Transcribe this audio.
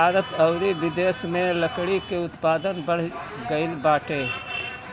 भारत अउरी बिदेस में लकड़ी के उत्पादन बढ़ गइल बाटे